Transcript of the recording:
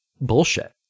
bullshit